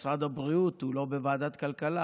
משרד הבריאות הוא לא בוועדת כלכלה,